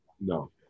no